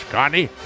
Connie